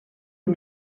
aux